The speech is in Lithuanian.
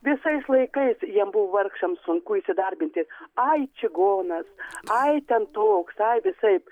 visais laikais jiem buvo vargšams sunku įsidarbinti ai čigonas ai ten toks ai visaip